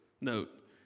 note